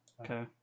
Okay